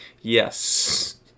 Yes